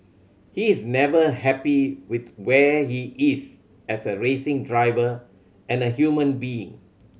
he is never happy with where he is as a racing driver and a human being